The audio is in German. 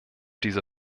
diese